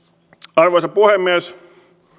arvoisa puhemies